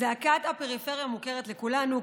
זעקת הפריפריה מוכרת לכולנו,